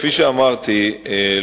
כפי שאמרתי,